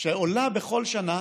שעולה בכל שנה.